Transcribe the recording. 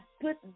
put